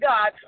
God